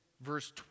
verse